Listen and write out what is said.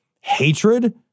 hatred